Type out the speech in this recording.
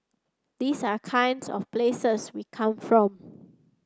these are kinds of places we come from